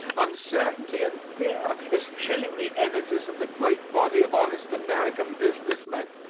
uncertainty and fear is chilling the energies of the great body of honest american business men.